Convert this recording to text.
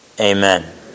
amen